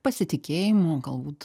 pasitikėjimo galbūt